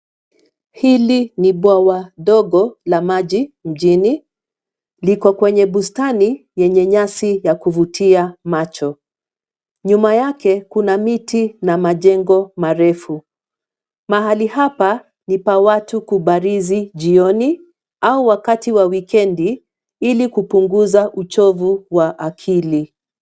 Hili ni bwawa ndogo la maji mjini. Liko kwenye bustani yenye nyasi ya kuvutia macho. Nyuma yake kuna miti na majengo marefu. Mahali hapa ni pa watu kubarizi jioni au wakati wa wikendi ili kupunguza uchovu wa akili.